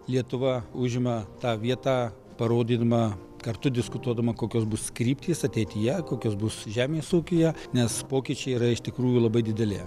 lietuva užima tą vietą parodydama kartu diskutuodama kokios bus kryptys ateityje kokios bus žemės ūkyje nes pokyčiai yra iš tikrųjų labai dideli